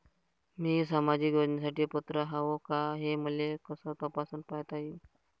मी सामाजिक योजनेसाठी पात्र आहो का, हे मले कस तपासून पायता येईन?